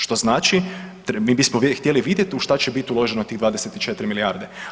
Što znači mi bismo htjeli vidjeti u šta će biti uloženo tih 24 milijarde.